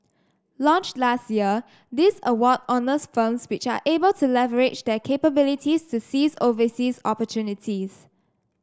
launched last year this award honours firms which are able to leverage their capabilities to seize overseas opportunities